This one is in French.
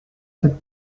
cette